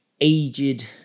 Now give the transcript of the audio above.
aged